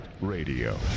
Radio